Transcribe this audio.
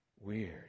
Weird